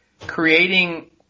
creating